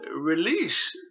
release